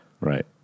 Right